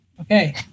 Okay